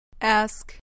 Ask